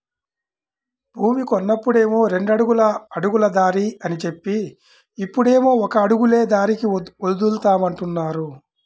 భూమి కొన్నప్పుడేమో రెండడుగుల అడుగుల దారి అని జెప్పి, ఇప్పుడేమో ఒక అడుగులే దారికి వదులుతామంటున్నారు